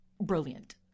brilliant